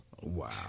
Wow